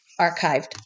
archived